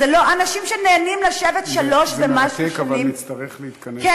זה לא אנשים שנהנים לשבת שלוש ומשהו שנים --- זה מרתק,